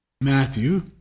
Matthew